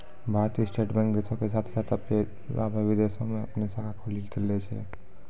भारतीय state bank देशो के साथे साथ अबै विदेशो मे अपनो शाखा खोलि देले छै